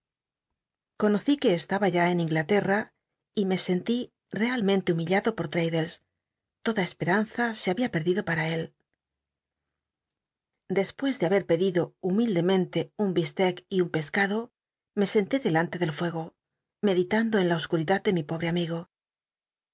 conocí que estaba ya en inglalcrra y me scnlí realmente humillado pot tmddles toda cspcranza se habia pedido para él dc puc de haber pedido humildemente un bcefstc k y un pescado me senté delante del fuego meditando en la oscuridad de mi pobe amigo